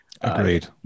Agreed